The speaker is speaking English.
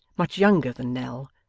much younger than nell,